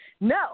No